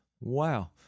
wow